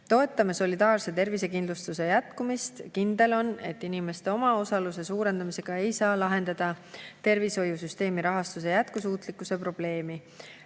Toetame solidaarse tervisekindlustuse jätkumist. Kindel on, et inimeste omaosaluse suurendamisega ei saa lahendada tervishoiusüsteemi rahastuse jätkusuutlikkuse probleemi.